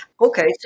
okay